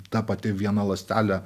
ta pati viena ląstelė